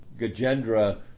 Gajendra